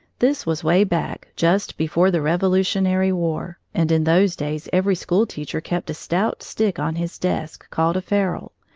this was way back, just before the revolutionary war, and in those days every school-teacher kept a stout stick on his desk, called a ferule,